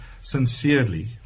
sincerely